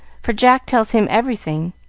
for jack tells him everything.